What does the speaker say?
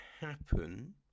happen